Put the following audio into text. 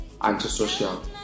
Antisocial